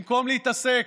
במקום להתעסק